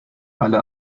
alle